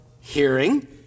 hearing